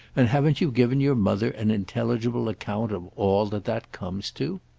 and haven't you given your mother an intelligible account of all that that comes to?